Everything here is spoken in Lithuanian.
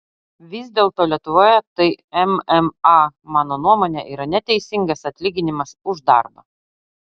vis dėlto lietuvoje tai mma mano nuomone yra neteisingas atlyginimas už darbą